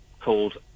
called